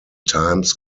times